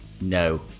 No